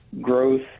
growth